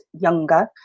younger